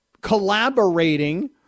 collaborating